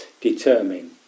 determine